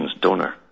donor